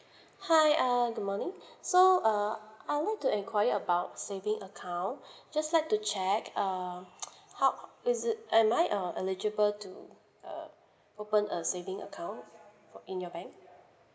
hi uh good morning so uh I like to enquire about saving account just like to check err how is it am I uh eligible to uh open a saving account in your bank